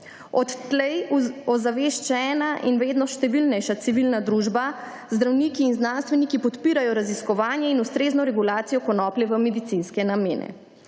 Odtlej ozaveščena in vedno številnejša civilna družba, zdravniki in znanstveniki podpirajo raziskovanje in ustrezno regulacijo konoplje v medicinske namene.